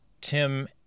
Tim